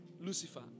Lucifer